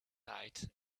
tight